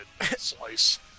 Slice